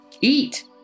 Eat